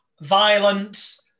violence